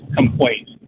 complaint